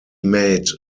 made